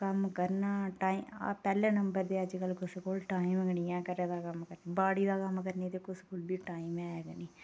कम्म करना पैह्ले नंबर अजकल कुसै कोल टाइम गै निं ऐ घरै दा कम्म करने गी ते बाड़ी दा कम्म करने गी कुसै कोल बी टाइम है गै निं